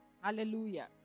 Hallelujah